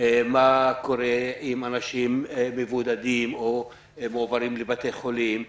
מה קורה אם אנשים מבודדים או מועברים לבתי חולים.